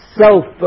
self